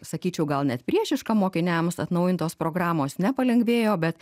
sakyčiau gal net priešiška mokiniams atnaujintos programos nepalengvėjo bet